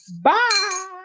Bye